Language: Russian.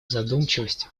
задумчивости